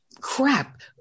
crap